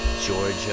Georgia